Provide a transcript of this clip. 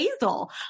basil